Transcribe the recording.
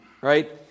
right